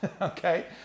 okay